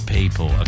People